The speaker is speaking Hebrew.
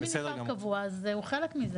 אם הוא נשאר קבוע אז הוא חלק מזה.